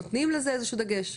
נותנים לזה איזה שהוא דגש?